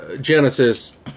Genesis